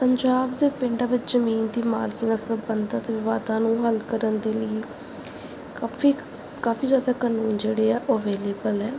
ਪੰਜਾਬ ਦੇ ਪਿੰਡ ਵਿੱਚ ਜ਼ਮੀਨ ਦੀ ਮਾਲਕੀ ਨਾਲ ਸੰਬੰਧਿਤ ਵਿਵਾਦਾਂ ਨੂੰ ਹੱਲ ਕਰਨ ਦੇ ਲਈ ਕਾਫ਼ੀ ਕਾਫ਼ੀ ਜ਼ਿਆਦਾ ਕਾਨੂੰਨ ਜਿਹੜੇ ਹੈ ਉਹ ਅਵੇਲੇਬਲ ਹੈ